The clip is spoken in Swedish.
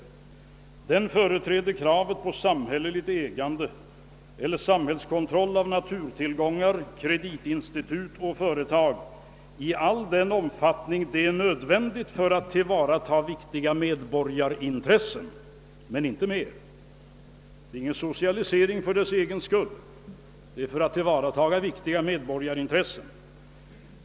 Den företräder kravet på samhälleligt ägande eller samhällskontroll av naturtillgångar, kreditinstitut och företag i all den omfattning det är nödvändigt för att tillvarata viktiga medborgarintressen.» — Men inte mer, det är ingen socialisering för dess egen skull utan för att tillvarata viktiga medborgarintressen.